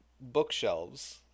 bookshelves